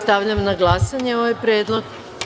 Stavljam na glasanje ovaj predlog.